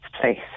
place